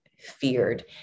feared